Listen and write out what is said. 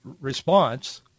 response